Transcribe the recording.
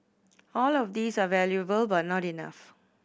all of these are valuable but not enough